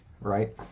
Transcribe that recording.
right